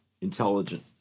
intelligent